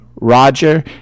Roger